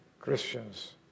Christians